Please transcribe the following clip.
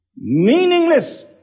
meaningless